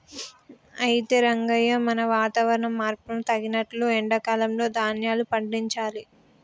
అయితే రంగయ్య మనం వాతావరణ మార్పును తగినట్లు ఎండా కాలంలో ధాన్యాలు పండించాలి